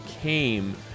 came